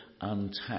untapped